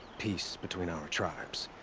peace, between our tribes.